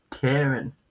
Karen